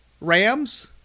Rams